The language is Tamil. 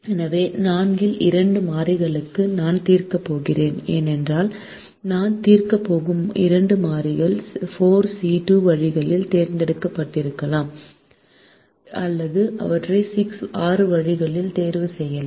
எனவே நான்கில் இரண்டு மாறிகளுக்கு நான் தீர்க்கப் போகிறேன் என்றால் நான் தீர்க்கப் போகும் இரண்டு மாறிகள் 4C2 வழிகளில் தேர்ந்தெடுக்கப்படலாம் அல்லது அவற்றை 6 வழிகளில் தேர்வு செய்யலாம்